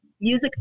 music